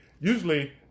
Usually